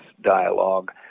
dialogue